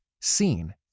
seen